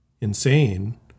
insane